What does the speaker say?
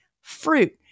fruit